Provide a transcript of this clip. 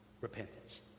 repentance